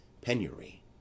penury